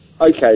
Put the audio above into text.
Okay